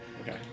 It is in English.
Okay